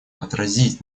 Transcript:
отразить